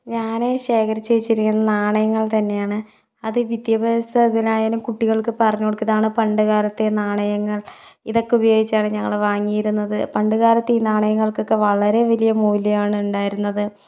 ഞാൻ ശേഖരിച്ച് വെച്ചിരിക്കുന്നത് നാണയങ്ങൾ തന്നെയാണ് അത് വിദ്യാഭ്യാസ ഇതിനായാലും കുട്ടികൾക്ക് പറഞ്ഞ് കൊടുക്കുന്നതാണ് പണ്ട് കാലത്തേ നാണയങ്ങൾ ഇതൊക്കെ ഉപയോഗിച്ചാണ് ഞങ്ങൾ വാങ്ങിയിരുന്നത് പണ്ട് കാലത്തെ ഈ നാണയങ്ങൾക്കൊക്കെ വളരെ വലിയ മൂല്യമാണ് ഉണ്ടായിരുന്നത്